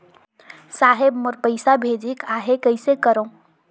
साहेब मोर पइसा भेजेक आहे, कइसे करो?